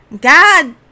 God